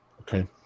Okay